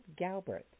Galbert